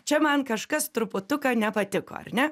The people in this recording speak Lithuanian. čia man kažkas truputuką nepatiko ar ne